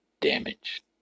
damage